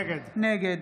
נגד